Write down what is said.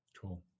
Cool